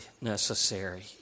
necessary